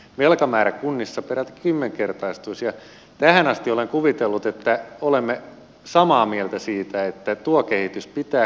velkamäärä kunnissa peräti kymmenkertaistuisiä tähän asti olen kuvitellut että olemme samaa mieltä siitä että tuote ei pystytä